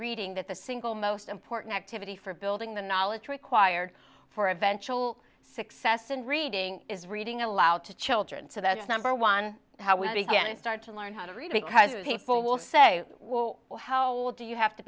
reading that the single most important activity for building the knowledge required for eventual success in reading is reading aloud to children so that's number one how we start to learn how to read because people will say well how do you have to